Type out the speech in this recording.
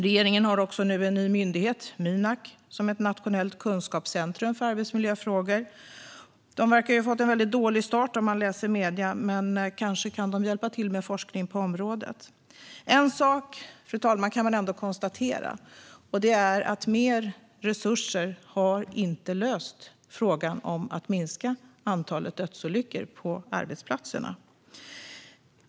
Regeringen har nu en ny myndighet, Mynak, som ett nationellt kunskapscentrum för arbetsmiljöfrågor. Den verkar ha fått en väldigt dålig start om man läser i medierna, men kanske kan den hjälpa till med forskning på området. Fru talman! En sak kan man ändå konstatera. Mer resurser har inte löst frågan om att minska antalet dödsolyckor på arbetsplatserna.